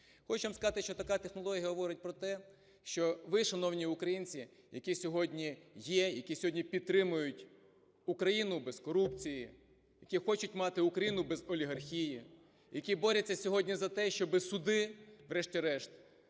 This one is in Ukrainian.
Хочемо сказати, що така технологія говорить про те, що ви, шановні українці, які сьогодні є, які сьогодні підтримують Україну без корупції, які хочуть мати Україну без олігархії, які боряться сьогодні з те, щоб суди врешті-решт